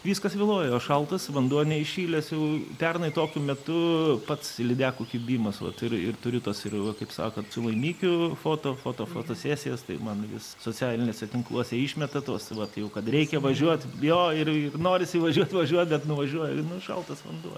viskas vėluoja o šaltas vanduo neįšilęs jau pernai tokiu metu pats lydekų kibimas vat ir ir turi tas yra kaip sakant su laimikiu foto foto fotosesijos tai man vis socialiniuose tinkluose išmeta tuos vat jau kad reikia važiuot jo ir ir norisi važiuot važiuot bet nuvažiuoji nu šaltas vanduo